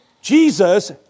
Jesus